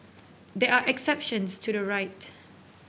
there are exceptions to the right